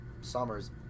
summer's